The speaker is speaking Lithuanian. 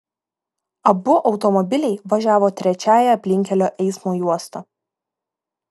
abu automobiliai važiavo trečiąja aplinkkelio eismo juosta